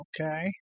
Okay